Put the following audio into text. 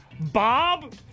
bob